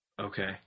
Okay